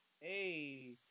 hey